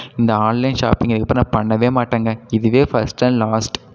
இந்த ஆன்லைன் ஷாப்பிங்கை இதுக்கப்புறம் நான் பண்ணவே மாட்டேங்க இதுவே ஃபர்ஸ்ட் அண்ட் லாஸ்ட்